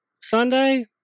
sunday